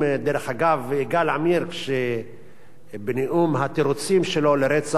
בנאום התירוצים שלו לרצח ראש הממשלה יצחק רבין בזמנו,